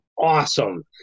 awesome